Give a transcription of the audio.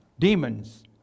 Demons